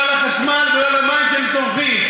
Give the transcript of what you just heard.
לא על החשמל ולא על המים שהם צורכים.